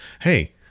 Hey